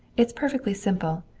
it is perfectly simple.